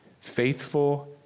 faithful